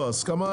הסכמה,